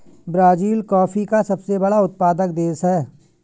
Brazil coffee का सबसे बड़ा उत्पादक देश है